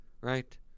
Right